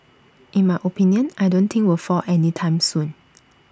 in my opinion I don't think will fall any time soon